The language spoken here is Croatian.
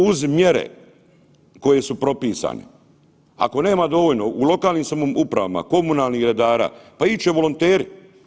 Uz mjere koje su propisane, ako nema dovoljno u lokalnim samoupravama komunalnih redara, pa ići će volonteri.